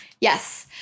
Yes